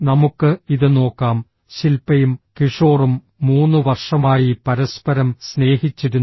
നമുക്ക് ഇത് നോക്കാം ശിൽപയും കിഷോറും മൂന്ന് വർഷമായി പരസ്പരം സ്നേഹിച്ചിരുന്നു